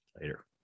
later